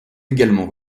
également